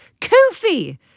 Kofi